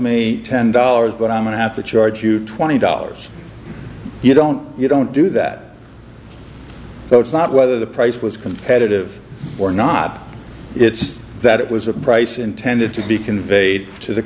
me ten dollars but i'm going to have to charge you twenty dollars you don't you don't do that so it's not whether the price was competitive or not it's that it was a price intended to be conveyed to the